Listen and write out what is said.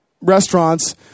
restaurants